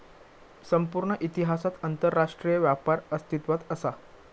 संपूर्ण इतिहासात आंतरराष्ट्रीय व्यापार अस्तित्वात असा